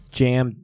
jam